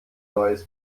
neues